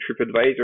TripAdvisor